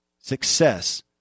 success